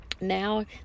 Now